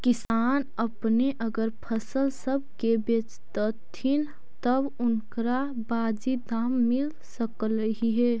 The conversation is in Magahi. किसान अपने अगर फसल सब के बेचतथीन तब उनकरा बाजीब दाम मिल सकलई हे